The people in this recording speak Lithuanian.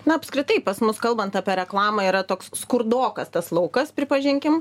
na apskritai pas mus kalbant apie reklamą yra toks skurdokas tas laukas pripažinkim